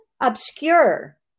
obscure